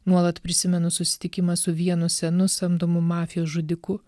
nuolat prisimenu susitikimą su vienu senu samdomu mafijos žudiku